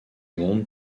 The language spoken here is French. monde